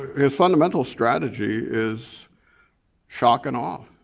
his fundamental strategy is shock and awe.